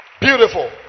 Beautiful